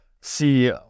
see